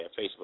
Facebook